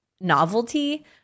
novelty